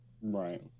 Right